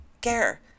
care